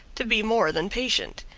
to be more than patient.